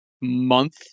month